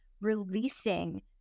releasing